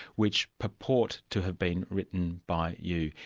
which purport to have been written by you.